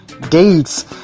dates